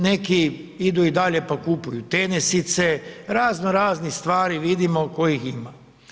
Neki idu i dalje pa kupuju tenisice, razno raznih stvari vidimo kojih ima.